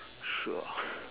sure